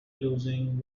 losing